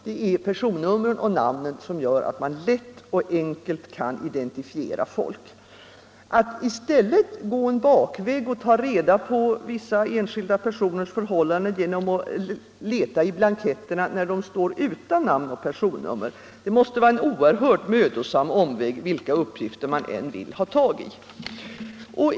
Det är personnumren och namnen som gör att man lätt och enkelt kan identifiera folk. Att i stället gå en bakväg och ta reda på enskilda personers förhållanden genom att leta i blanketterna när de står utan namn och personnummer måste vara en oerhört mödosam omväg, vilka uppgifter man än vill ha tag på.